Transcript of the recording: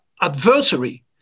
adversary